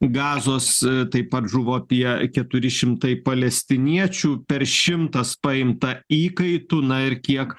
gazos taip pat žuvo apie keturi šimtai palestiniečių per šimtas paimta įkaitų na ir kiek